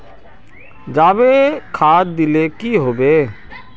जाबे खाद दिले की होबे?